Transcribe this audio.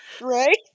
Right